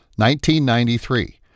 1993